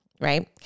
Right